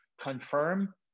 confirm